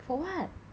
for what